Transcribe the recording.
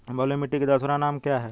बलुई मिट्टी का दूसरा नाम क्या है?